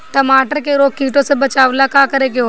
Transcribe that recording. टमाटर को रोग कीटो से बचावेला का करेके होई?